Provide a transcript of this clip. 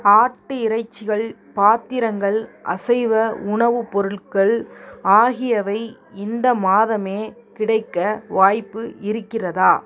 ஆட்டு இறைச்சிகள் பாத்திரங்கள் அசைவ உணவுப் பொருட்கள் ஆகியவை இந்த மாதமே கிடைக்க வாய்ப்பு இருக்கிறதா